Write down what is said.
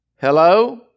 Hello